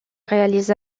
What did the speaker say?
réalise